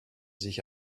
sich